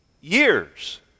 years